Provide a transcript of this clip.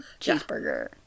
cheeseburger